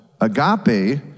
Agape